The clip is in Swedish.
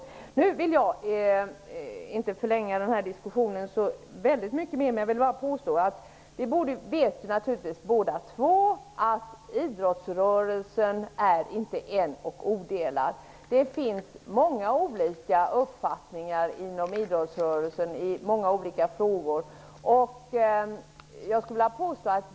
Jag skall inte förlänga debatten, men jag vill påstå att vi båda naturligtvis vet att det inte finns bara en enda och odelad idrottsrörelse. Inom idrottsrörelsen finns det många olika uppfattningar i olika frågor.